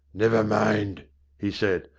never mind he said,